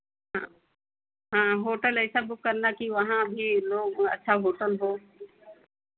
हाँ हाँ होटल ऐसा बुक करना कि वहाँ भी लोग अच्छा होटल हो